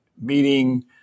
meeting